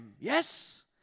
Yes